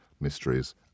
mysteries